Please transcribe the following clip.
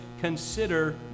consider